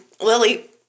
Lily